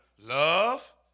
love